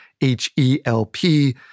H-E-L-P